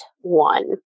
one